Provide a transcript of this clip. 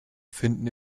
finden